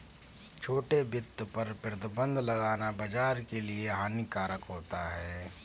छोटे वित्त पर प्रतिबन्ध लगाना बाज़ार के लिए हानिकारक होता है